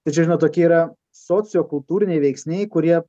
tai čia žinot tokie yra sociokultūriniai veiksniai kurie